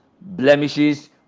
blemishes